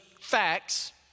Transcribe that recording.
facts